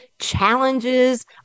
challenges